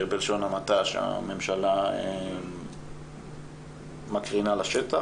בלשון המעטה, שהממשלה מקרינה לשטח.